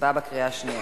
בקריאה השנייה.